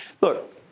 look